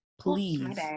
please